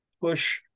push